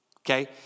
Okay